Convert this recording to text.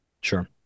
Sure